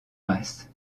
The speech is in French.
masse